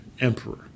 emperor